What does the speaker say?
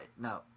No